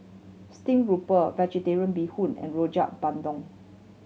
stream grouper Vegetarian Bee Hoon and Rojak Bandung